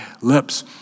lips